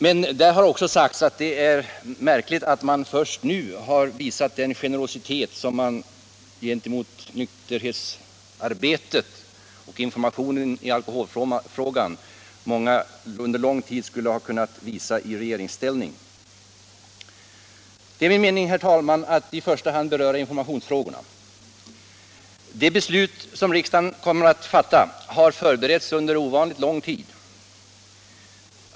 Det har också sagts att det är märkligt att socialdemokraterna först nu visar den generositet gentemot nykterhetsarbetet och informationen i alkoholfrågor som de skulle ha kunnat visa under lång tid i regeringsställning. Det är min mening, herr talman, att i första hand beröra informationsfrågorna. Det beslut som riksdagen i dag kommer att fatta har förberetts under ovanligt lång tid.